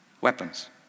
Weapons